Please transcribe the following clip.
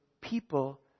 people